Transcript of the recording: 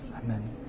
Amen